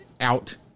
out